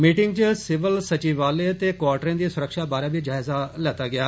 meeting च civil सचिवालय ते क्वाटरें दी सुरक्षा बारै बी जायजा लैता गेआ